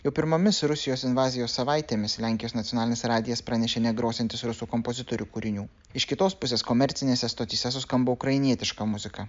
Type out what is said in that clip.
jau pirmomis rusijos invazijos savaitėmis lenkijos nacionalinis radijas pranešė negrosiantis rusų kompozitorių kūrinių iš kitos pusės komercinėse stotyse suskambo ukrainietiška muzika